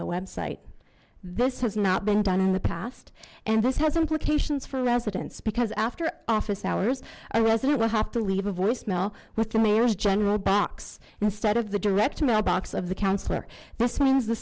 the website this has not been done in the past and this has implications for residents because after office hours a resident will have to leave a voicemail with the mayor's general box instead of the direct mail box of the counsellor this means the